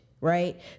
right